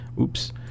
Oops